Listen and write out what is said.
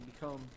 become